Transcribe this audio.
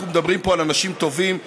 אנחנו מדברים פה על אנשים טובים,